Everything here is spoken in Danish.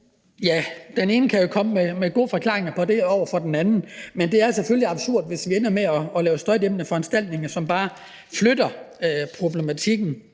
Ja, den ene kan jo komme med gode forklaringer på det over for den anden, men det er selvfølgelig absurd, hvis vi ender med at lave støjdæmpende foranstaltninger, som bare flytter problemet.